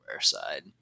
side